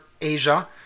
Asia